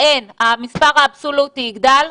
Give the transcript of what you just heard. ה-N, המספר האבסולוטי, יגדל?